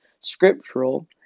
scriptural